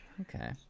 Okay